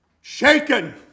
shaken